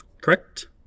Correct